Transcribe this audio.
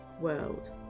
world